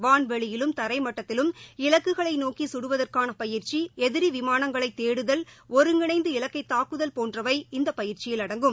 வான்வெளியிலும் தரைமட்டத்திலும் இலக்குகளைநோக்கிகடுவதற்கானபயிநற்சிஎதிரிவிமானங்களைதேடுதல் ஒருங்கிணைந்து இலக்கைதாக்குதல் போன்றவை இந்தபயிற்சியில் அடங்கும்